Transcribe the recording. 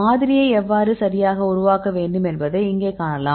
மாதிரியை எவ்வாறு சரியாக உருவாக்க வேண்டும் என்பதை இங்கே காணலாம்